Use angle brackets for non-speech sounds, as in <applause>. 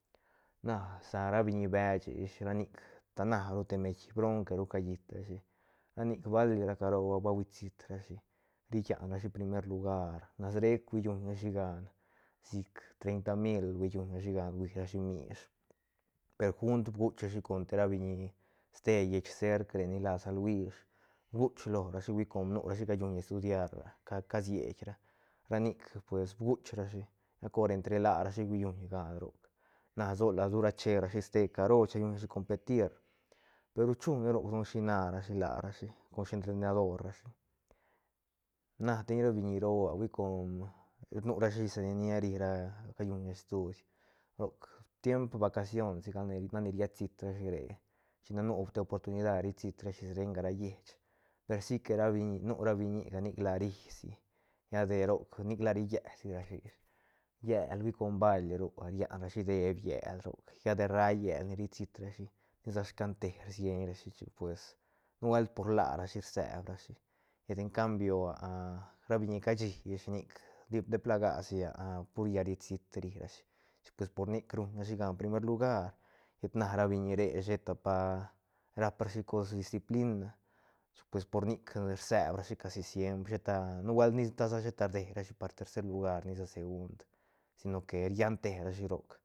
Na sa ra biñi beche ish ra nic ta na ru te meid bronque calliit rashi ra nic bali ra caro va hui siit rashi ri llan rashi primer lugar nas rec hui llunrashi gan sic treita mil hui llun rashi gan hui ra mish per junt bguch rashi con te ra biñi ste lleich serc re ni la san luish bguch lorashi hui com nurashi calluñ estudiar a ca- ca siet ra ra nic pues bguch rachi gal cor entre larashi hui lluñ gan roc na so la tura che rashi ste caro chillun rashi competir peru chu ne don roc shi narashi la rashi con shentrenador rashi na teñ ra biñi roo a hui com nurashi sa ni nia ri ra calluñ estudi roc tiemp vacación si galne nac ni riet siit rashi re china nu te oportunida ri siit rashi renga ra lleich per si que ra biñi nu ra biñi nic la risi lla de roc nic la rillet sirashi ish llel hui com bail ru a rian rashi deeb llel roc lla de rra llel ni ri siit rashi ni sa scan te rsieñrashi chic pues nu buelt por larashi rceeb rashi llet en cambio <hesitation> ra biñi cashi ish nic <unintelligible> deplagasi <hesitation> pur lla ri siit ri rashi chic pues por nic ruñ rashi gan primer lugar llet na ra biñi re sheta pa rap rashi cos disiplina chic pues por nic rseb rashi casi siempr sheta nubuelt ni sa ta sa sheta rdeirashi par tercer lugar ni sa segund si no que rianterashi roc.